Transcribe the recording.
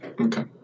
Okay